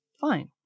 fine